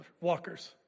walkers